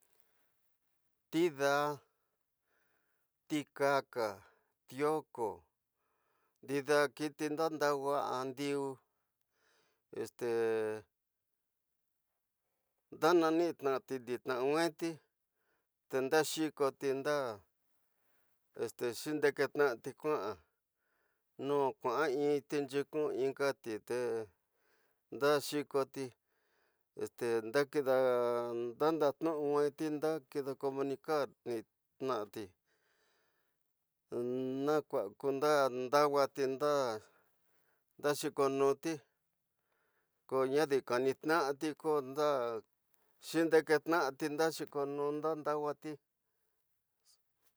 Tidaá, ti kaka, tioko, ndida kiti, ndandawa andru, este, ka ndotiñati nda nweti te ndarkoti, nda, este xindektnati, kuya nwe kuya inti, ni kuin fe te ndide xikonti nda ndidi, ndandatu nweti nda kida comunicar ti na kua nda ndawuati nda xikonti, ko nda xikonti konda xindeketnati nda xikonu nda ndawati